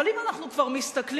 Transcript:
אבל אם אנחנו כבר מסתכלים,